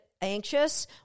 anxious